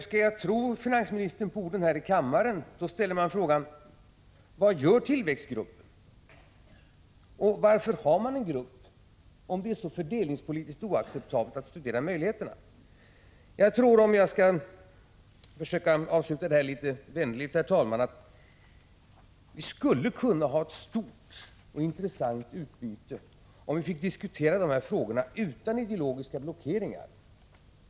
Skall man ta finansministern på orden här i kammaren se PER kan man fråga: Vad gör tillväxtgruppen, och varför har man en grupp om det främja : TESOROr miska tillväxten är så fördelningspolitiskt oacceptabelt att studera möjligheterna? Jag tror, om jag skall försöka avsluta mitt inlägg litet vänligt, herr talman, att vi skulle kunna ha ett stort och intressant utbyte om vi fick diskutera de här frågorna utan ideologiska blockeringar.